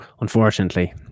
unfortunately